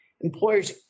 employers